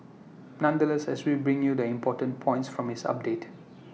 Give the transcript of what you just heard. nonetheless as we bring you the important points from his updates